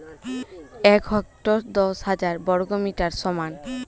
এক হেক্টর দশ হাজার বর্গমিটারের সমান